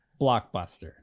blockbuster